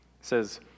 says